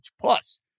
Plus